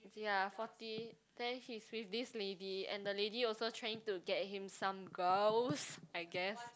ya forty then he's with this lady and the lady also trying to get him some girls I guess